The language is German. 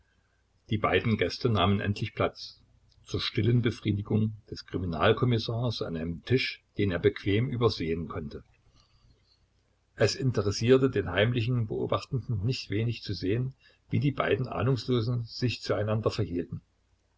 die beiden gäste nahmen endlich platz zur stillen befriedigung des kriminalkommissars an einem tisch den er bequem übersehen konnte es interessierte den heimlich beobachtenden nicht wenig zu sehen wie die beiden ahnungslosen sich zu einander verhielten